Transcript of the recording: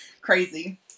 crazy